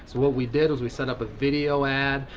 what we did is we set up a video ad.